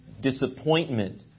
disappointment